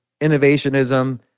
innovationism